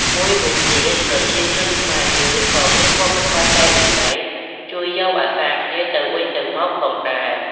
មួយវិញទៀតប្រជាជនខ្មែរយើងក៏មានវប្បធម៌ចែករំលែក ជួយយកអាសាគ្នាទៅវិញទៅមកផងដែរ។